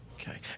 Okay